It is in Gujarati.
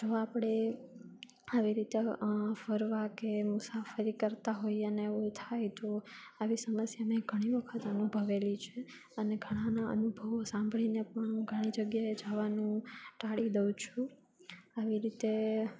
જો આપણે આવી રીતે ફરવા કે મુસાફરી કરતાં હોઈએ અને એવું થાય તો આવી સમસ્યા મેં ઘણી વખત અનુભવેલી છે અને ઘણાના અનુભવો સાંભળીને પણ હું ઘણી જગ્યાએ જાવાનું ટાળી દઉં છું આવી રીતે